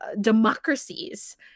democracies